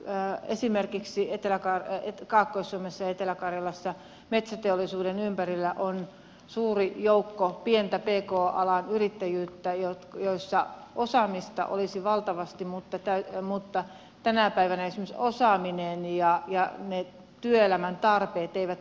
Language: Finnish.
meillä esimerkiksi kaakkois suomessa ja etelä karjalassa metsäteollisuuden ympärillä on suuri joukko pientä pk alan yrittäjyyttä jossa osaamista olisi valtavasti mutta tänä päivänä esimerkiksi osaaminen ja ne työelämän tarpeet eivät kohtaa